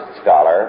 scholar